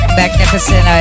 magnificent